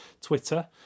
Twitter